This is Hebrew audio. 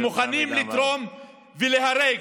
שמוכנים לתרום ולהיהרג